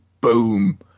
boom